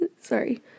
Sorry